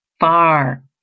far